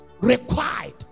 required